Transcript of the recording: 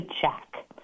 jack